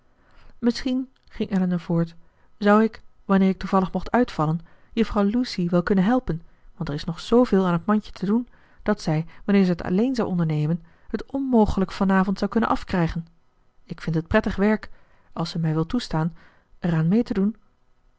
misschien ging elinor voort zou ik wanneer ik toevallig mocht uitvallen juffrouw lucy wel kunnen helpen want er is nog zooveel aan het mandje te doen dat zij wanneer ze het alleen zou ondernemen t onmogelijk van avond zou kunnen afkrijgen ik vind het prettig werk als zij mij wil toestaan eraan mee te doen